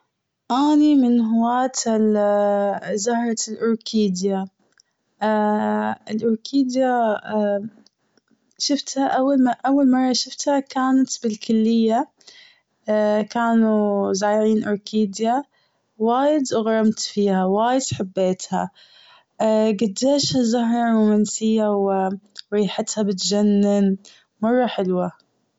أني من هواة زهرة الأوركيديا. الأوركيديا شفتها أول مرة شفتها كانت بالكلية. كانوا زارعين أوركيديا وايد اغرمت فيها وايد حبيتها. قديش الزهرة رومانسية و ريحتها بتجنن، مرة حلوة.